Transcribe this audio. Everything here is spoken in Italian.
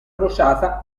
crociata